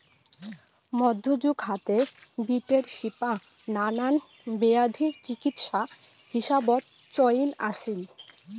মইধ্যযুগ হাতে, বিটের শিপা নানান বেয়াধির চিকিৎসা হিসাবত চইল আছিল